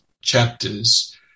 chapters